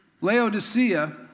Laodicea